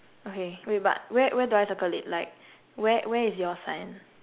okay wait but where where do I circle it like where where is your sign